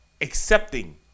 accepting